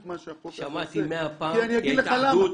מה שהחוק הזה עושה --- שמעתי מאה פעם: התאחדות,